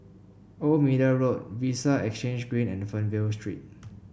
Old Middle Road Vista Exhange Green and Fernvale Street